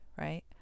Right